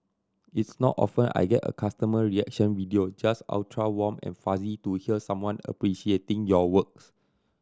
it's not often I get a customer reaction video just ultra warm and fuzzy to hear someone appreciating your works